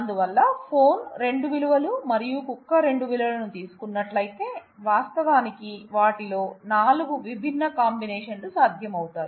అందువల్ల ఫోన్ 2 విలువలు మరియు కుక్క 2 విలువలను తీసుకున్నట్లయితే వాస్తవానికి వాటిలో 4 విభిన్న కాంబినేషన్ లు సాధ్యం అవుతాయి